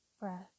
breath